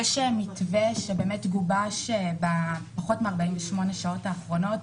יש מתווה שגובש בפחות מ-48 שעות האחרונות,